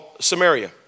Samaria